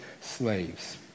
slaves